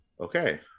Okay